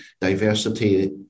diversity